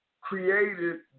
created